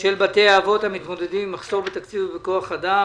של בתי האבות המתמודדים עם מחסור בתקציב ובכוח אדם,